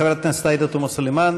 חברת הכנסת עאידה תומא סלימאן,